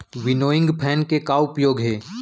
Winnowing fan के का उपयोग हे?